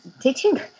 teaching